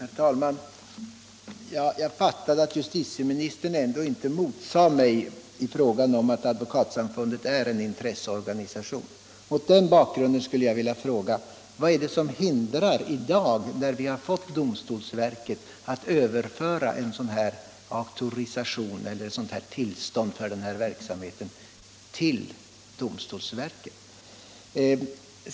Herr talman! Jag fattade herr justitieministern så att han ändå inte motsade mitt påstående att Advokatsamfundet är en intresseorganisation. Mot den bakgrunden och när vi nu fått domstolsverket skulle jag vilja fråga vad det är som hindrar att vi överför denna ”auktorisation” till domstolsverket.